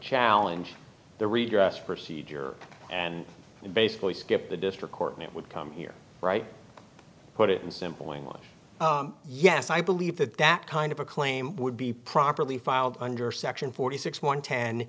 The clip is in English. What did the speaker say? challenge the redress procedure and basically skip the district court and it would come here right put it in simple english yes i believe that that kind of a claim would be properly filed under section forty six one ten